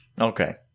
okay